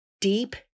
deep